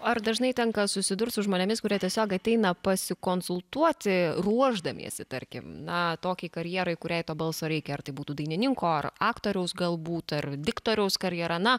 o ar dažnai tenka susidurt su žmonėmis kurie tiesiog ateina pasikonsultuoti ruošdamiesi tarkim na tokiai karjerai kuriai to balso reikia ar tai būtų dainininko ar aktoriaus galbūt ar diktoriaus karjera na